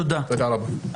תודה רבה.